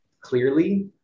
clearly